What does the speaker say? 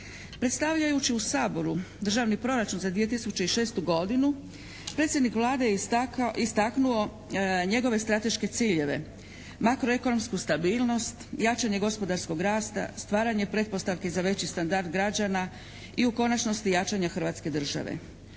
Predstavljajući u Saboru Državni proračun za 2006. godinu predsjednik Vlade je istaknuo njegove strateške ciljeve, makroekonomsku stabilnost, jačanje gospodarskog rasta, stvaranje pretpostavke za veći standard građana i u konačnosti jačanje Hrvatske države.